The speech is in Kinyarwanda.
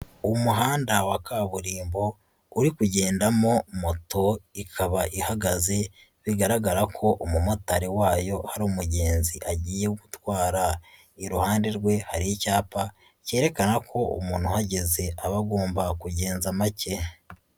Umuhanda wa kaburimbo uri kugendamo moto ikaba ihagaze ,bigaragara ko umumotari wayo hari umugenzi agiye gutwara. Iruhande rwe hari icyapa cyerekana ko umuntu uhageze aba agomba kugenza make.